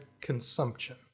consumption